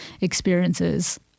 experiences